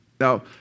Now